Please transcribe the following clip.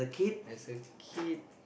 as a kid